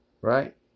right